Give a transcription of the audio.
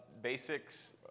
basics